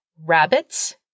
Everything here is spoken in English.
rabbits